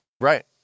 Right